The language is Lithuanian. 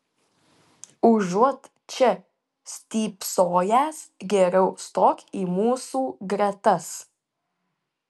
užuot čia stypsojęs geriau stok į mūsų gretas